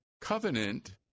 covenant